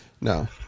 No